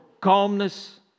calmness